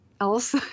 else